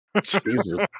Jesus